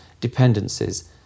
dependencies